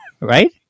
Right